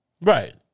Right